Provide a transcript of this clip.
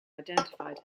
identified